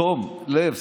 תום לב.